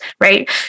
right